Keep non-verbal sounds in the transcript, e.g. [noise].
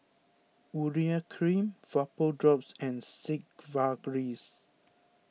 Urea Cream Vapodrops and [unintelligible]